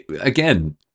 again